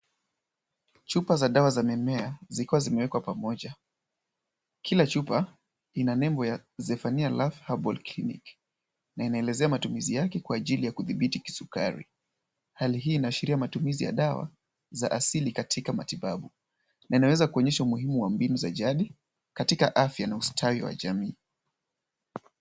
Chupa za dawa za mimea zilikuwa zimewekwa pamoja. Kila chupa ina nembo ya Zephania Life Herbal Clinic. Na inaelezea matumizi yake kwa ajili ya kudhibiti kisukari, hali hii inaashiria matumizi ya dawa za asili katika matibabu. Na inaweza kuonyesha umuhimu wa mbinu za jadi, katika afya na ustawi wa jamii.